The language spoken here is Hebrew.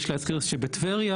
יש להזכיר שבטבריה